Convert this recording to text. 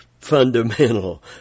fundamental